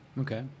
Okay